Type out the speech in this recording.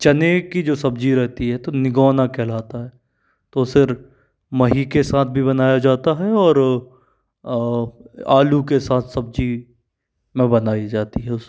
चने की जो सब्ज़ी रहती है तो निगोना कहलाता है तो उसे मही के साथ भी बनाया जाता है और आलू के साथ सब्ज़ी में बनाई जाती है उसे